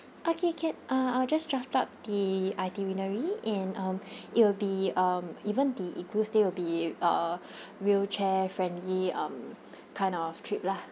okay can uh I'll just draft up the itinerary and um it will be um even the igloo stay will be a wheelchair friendly um kind of trip lah